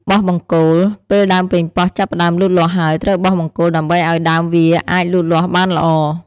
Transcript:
បោះបង្គោល ពេលដើមប៉េងប៉ោះចាប់ផ្តើមលូតលាស់ហើយ ត្រូវបោះបង្គោលដើម្បីឲ្យដើមវាអាចលូតលាស់បានល្អ។